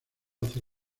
hacia